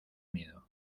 miedo